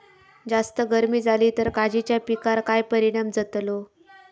जास्त गर्मी जाली तर काजीच्या पीकार काय परिणाम जतालो?